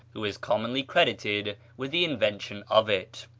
who is commonly credited with the invention of it.